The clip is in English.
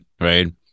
right